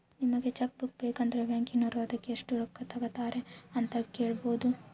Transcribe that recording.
ನಿಮಗೆ cheque book ಬೇಕಂದ್ರ ಬ್ಯಾಕಿನೋರು ಅದಕ್ಕೆ ಎಷ್ಟು ರೊಕ್ಕ ತಂಗತಾರೆ ಅಂತ ಕೇಳಬೊದು